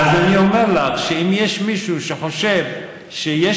אז אני אומר לך שאם יש מישהו שחושב שיש